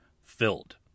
filled